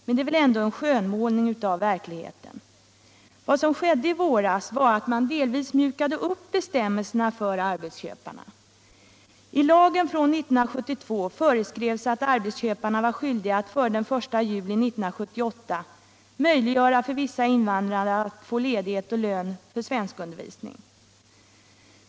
Men det är väl ändå en skönmålning av verkligheten. Vad som skedde i våras var att man mjukade upp bestämmelserna för arbetsköparna. I lagen från 1972 föreskrevs att arbetsköparna var skyldiga att före den 1 juli 1978 möjliggöra för vissa invandrare att få ledighet och lön för svenskundervisning.